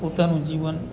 પોતાનું જીવન